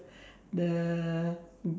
the